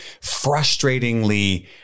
frustratingly